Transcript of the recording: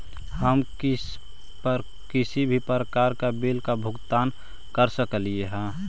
हम किसी भी प्रकार का बिल का भुगतान कर सकली हे?